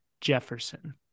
Jefferson